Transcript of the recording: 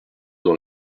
dans